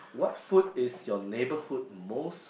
what food is your neighborhood most